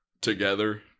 together